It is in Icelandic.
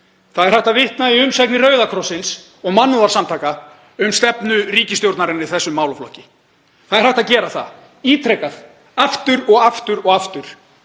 Það er hægt að vitna í umsagnir Rauða krossins og mannúðarsamtaka um stefnu ríkisstjórnarinnar í þessum málaflokki. Það er hægt að gera það ítrekað, aftur og aftur og aftur.